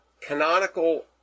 canonical